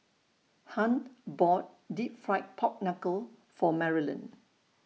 Hunt bought Deep Fried Pork Knuckle For Marylin